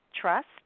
trust